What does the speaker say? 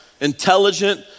intelligent